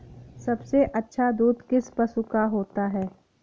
सबसे अच्छा दूध किस पशु का होता है?